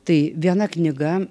tai viena knyga